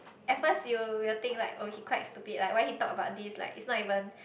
at first you will think like oh he quite stupid like why he talk about this like it's not even